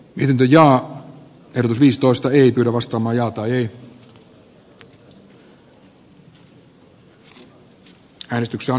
viljo riistoista ei pidä vasta mietintöä vastaan